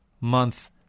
month